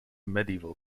medieval